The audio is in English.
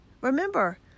Remember